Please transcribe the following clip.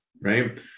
right